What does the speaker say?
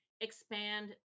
expand